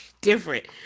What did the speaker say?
different